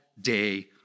day